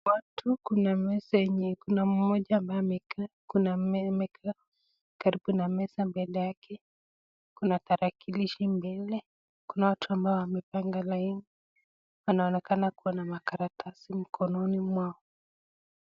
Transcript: Watu kuna meza yenye iko na mmoja ambaye amekaa, kuna amekaa karibu na meza mbele yake, kuna tarakilishi mbele, kuna watu wamepanga laini, wanaonekana kuwa na karatasi mkononi mwao.